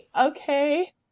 Okay